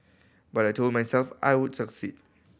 but I told myself I would succeed